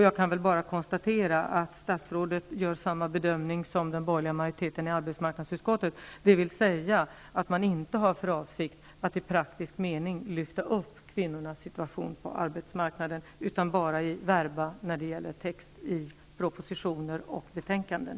Jag kan dock konstatera att statsrådet gör samma bedömning som den borgerliga majoriteten i arbetsmarknadsutskottet, dvs. att man inte i praktisk mening har för avsikt att lyfta upp kvinnorna situation på arbetsmarknaden, utan bara i verba när det gäller text i propositioner och betänkanden.